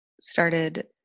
started